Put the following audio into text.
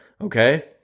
Okay